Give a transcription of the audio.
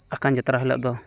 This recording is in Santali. ᱟᱠᱷᱟᱱ ᱡᱟᱛᱨᱟ ᱦᱤᱞᱳᱜᱫᱚ